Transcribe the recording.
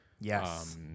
Yes